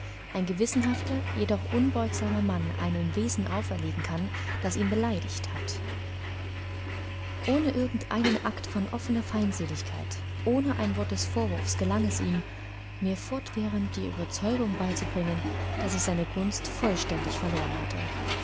ein gewissenhafter jedoch unbeugsamer mann einem wesen auferlegen kann das ihn beleidigt hat ohne irgend einen akt von offener feindseligkeit ohne ein wort des vorwurfs gelang es ihm mir fortwährend die überzeugung beizubringen daß ich seine gunst vollständig verloren hatte